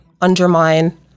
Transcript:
undermine